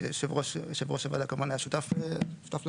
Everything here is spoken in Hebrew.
שיושב ראש הוועדה כמובן היה שותף להם,